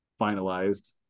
finalized